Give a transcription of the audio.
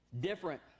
Different